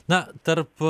na tarp